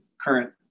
current